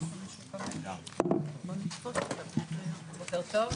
בוקר טוב,